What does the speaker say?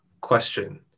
question